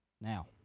Now